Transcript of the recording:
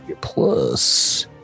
plus